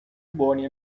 buoni